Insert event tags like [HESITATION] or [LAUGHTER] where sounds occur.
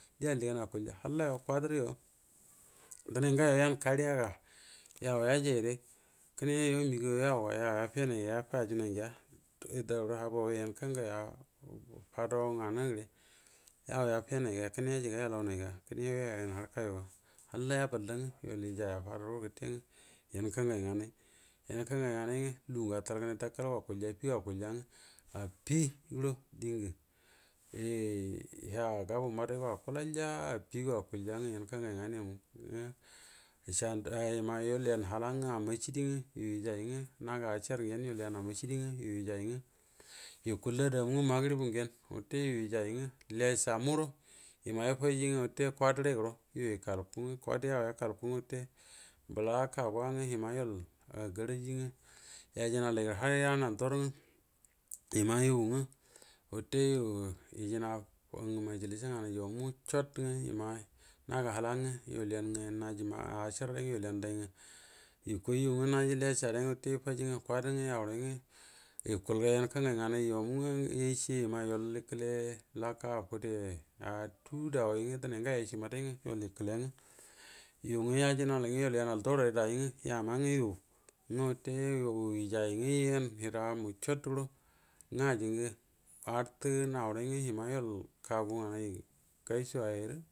Die alligan akuəija halla you, kwadə you dənay gawo yankaria ga yau yar jay nare, kəne yo yua məgaaw yau ga yau yaeajuənay ngəa daurə habaud yan kangan a fadau ngənə gənə gənə yau ya fenay ga kəne yajiga yalau no ga kəne you yam ya kara kənv yuə ga, halla yaba lləngwə, youal yejay a fadau rə gəte gwə yan kanga inganay, yan kannan nganay ngqo lugu ngwə attal gane takal go akuriija, afigou akuəlja, affi diengə [HESITATION] yər tha gubuə madəgay go akula anja affi ga akul ja ngwə yan kangay nganay mu gwo yensa, yəjay ngwə, naga acar gyon yual yan a maci odo ngwə, yuə yəjay ngwo- yukudi rə nda ngwə wate mariəbu gyer wate yu yəjay ngwə, lessa mu guəro, yəma yəfajie ngwə wate kausadəray muguro yuə yəkal ku ngwə, kwajə yau yakul kuə ngwə wate, bəla kagura ngwə wate yama yual ganaji ya ma you ngwo wate you yejəna majialisa nganay yu muə cuot ngwo, yə ma naga hala ngwo yual yan ngwə, naj acəar day ngwo yual yan ngwo nai yu ngwo wate najii lessa ngwə yəma yəfaji ngwa kwade yauray ngwə iti kuəl ga yan kangay nganay you mu ngwə yəcə yema yual yəkəla laka fude a tu dauway ngwa yacie ma dagay ngwə yual yəkəle ngawə yu ngwa ya jirnal ngwə, yual yənal duaray rə dayyie ngwə yama ngwə yu ngwə wate yu yəjay ngwə yan hira mu cuot guaro ngwo ajinga hartə nauray ngwə yəma yual kaguə